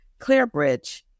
Clearbridge